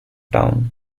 town